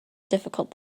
difficult